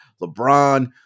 LeBron